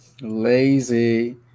lazy